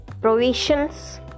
provisions